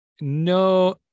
no